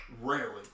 Rarely